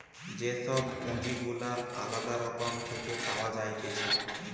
যে সব পুঁজি গুলা আলদা রকম থেকে পাওয়া যাইতেছে